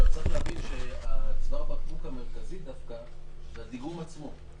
צריך להבין שצוואר הבקבוק המרכזי דווקא זה הדיגום עצמו.